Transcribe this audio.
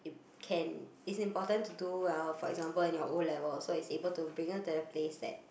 can it's important to do well for example in your O-level so it's able to bring you to a place that